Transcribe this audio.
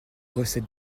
recette